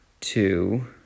two